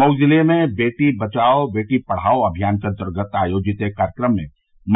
मऊ जिले में बेटी बचाओ बेटी पढ़ाओ अमियान के अंतर्गत आयोजित एक कार्यक्रम में